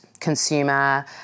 consumer